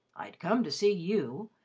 i'd come to see you,